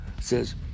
says